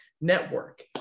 network